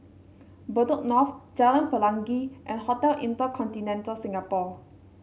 Bedok North Jalan Pelangi and Hotel InterContinental Singapore